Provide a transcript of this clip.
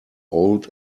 old